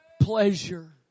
pleasure